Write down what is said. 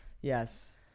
Yes